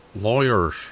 lawyers